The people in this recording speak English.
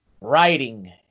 writing